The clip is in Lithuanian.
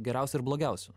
geriausia ir blogiausių